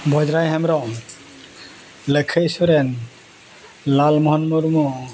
ᱵᱷᱚᱡᱽᱨᱟᱭ ᱦᱮᱢᱵᱨᱚᱢ ᱞᱟᱹᱠᱷᱟᱹᱭ ᱥᱚᱨᱮᱱ ᱞᱟᱞ ᱢᱳᱦᱚᱱ ᱢᱩᱨᱢᱩ